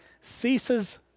ceases